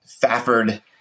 Fafford